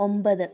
ഒമ്പത്